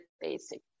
basic